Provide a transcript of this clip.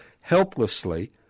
helplessly